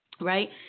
right